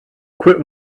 quit